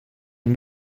den